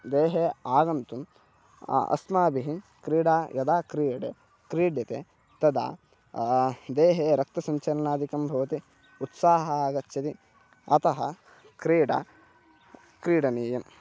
देहे आगन्तुं अस्माभिः क्रीडा यदा क्रीडा क्रीड्यते तदा देहे रक्तसञ्चलनादिकं भवति उत्साहः आगच्छति अतः क्रीडा क्रीडनीया